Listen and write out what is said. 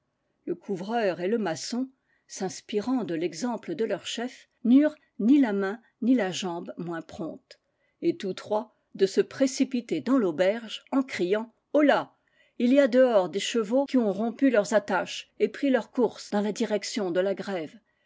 le couvreur et le maçon s'inspirant de l'exemple de leur chef n'eurent ni la main ni la jambe moins promptes et tous trois de se précipiter dans l'auberge en criant holà il y a dehors des chevaux qui ont rompu leurs at taches et pris leur course dans la direction de la grève